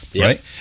right